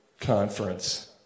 conference